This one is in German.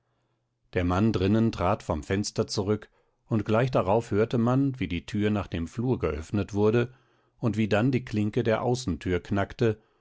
der mann drinnen trat vom fenster zurück und gleich darauf hörte man wie die tür nach dem flur geöffnet wurde und wie dann die klinke der außentür knackte